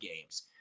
games